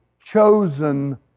chosen